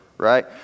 right